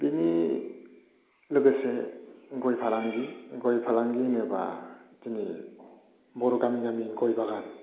बिनि लोगोसे गय फालांगि गय फालांगि होनोब्ला दिनै बर' गामि गामि गय बागान